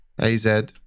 AZ